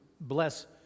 bless